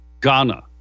Ghana